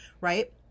right